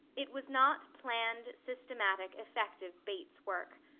it was not planned, systematic, effective, bates work.